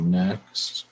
next